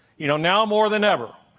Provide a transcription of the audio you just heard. you know now more than ever,